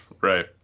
right